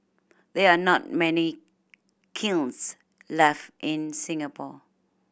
there are not many kilns left in Singapore